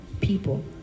people